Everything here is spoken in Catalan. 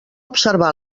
observar